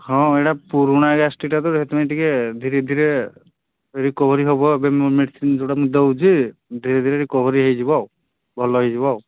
ହଁ ଏଇଟା ପୁରୁଣା ଗ୍ୟାସ୍ଟ୍ରିକ୍ଟା ତ ସେଥିପାଇଁ ଟିକେ ଧୀରେ ଧୀରେ ରିକୋଭରି ହବ ଏବେ ମେଡ଼ିସିନ୍ ଯେଉଁଟା ମୁଁ ଦେଉଛି ଧୀରେ ଧୀରେ ରିକୋଭରି ହେଇଯିବ ଆଉ ଭଲ ହେଇଯିବ ଆଉ